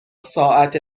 ساعت